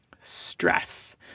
stress